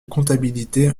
comptabilité